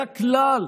היה כלל